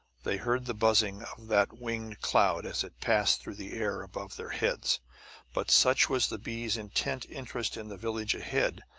they heard the buzzing of that winged cloud as it passed through the air above their heads but such was the bees' intent interest in the village ahead,